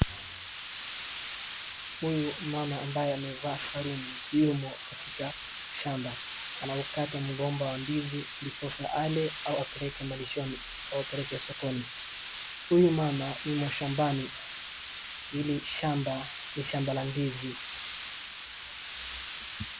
Huyu mama ambaye amevaa saruni yumo katika shamba. Anaukata mgomba wa ndizi ndiposa ale au apeleke malishoni au apeleke sokoni. Huyu mama yumo shambani, hili shamba ni shamba la ndizi.